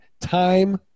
Time